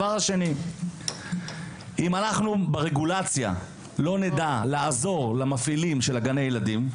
אם אנחנו ברגולציה לא נדע לעזור למפעילים של גני הילדים,